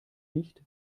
nicht